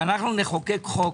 שנחוקק חוק